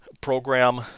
program